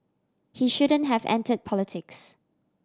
he shouldn't have entered politics